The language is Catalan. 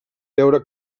veure